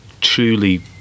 truly